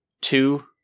two